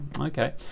Okay